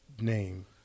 name